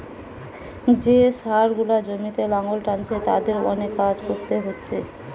যে ষাঁড় গুলা জমিতে লাঙ্গল টানছে তাদের অনেক কাজ কোরতে হচ্ছে